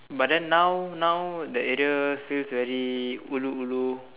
but then now now the area feels very ulu ulu